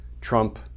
Trump